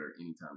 anytime